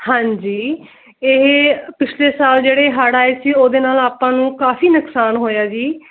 ਹਾਂਜੀ ਇਹ ਪਿਛਲੇ ਸਾਲ ਜਿਹੜੇ ਹੜ੍ਹ ਆਏ ਸੀ ਉਹਦੇ ਨਾਲ ਆਪਾਂ ਨੂੰ ਕਾਫੀ ਨੁਕਸਾਨ ਹੋਇਆ ਜੀ